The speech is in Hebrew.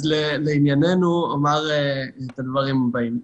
אז לענייננו, אני אומר את הדברים הבאים.